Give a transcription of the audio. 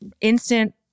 instant